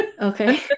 Okay